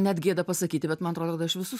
net gėda pasakyti bet man atrodo kad aš visus